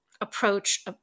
approach